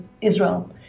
Israel